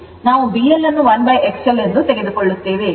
ನಾವು B L1XL ಎಂದು ತೆಗೆದುಕೊಳ್ಳುತ್ತೇವೆ